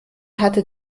hatte